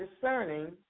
discerning